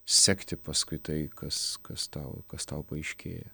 sekti paskui tai kas kas tau kas tau paaiškėja